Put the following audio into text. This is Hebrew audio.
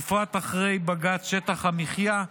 בפרט אחרי בג"ץ שטח המחיה,